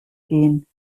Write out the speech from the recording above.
gehen